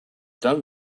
done